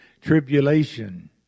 tribulation